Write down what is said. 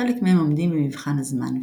חלק מהם עומדים במבחן הזמן,